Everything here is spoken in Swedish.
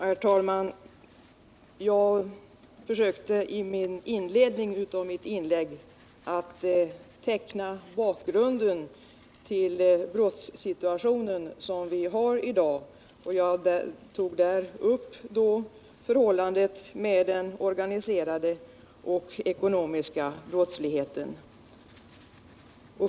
Herr talman! Jag försökte i inledningen till mitt inlägg teckna bakgrunden till den brottssituation vi har i dag. Jag tog där upp den organiserade ekonomiska brottsligheten.